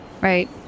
right